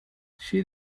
she